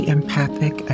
Empathic